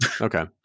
Okay